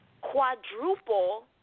quadruple